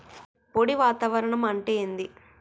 పొడి వాతావరణం అంటే ఏంది?